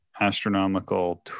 astronomical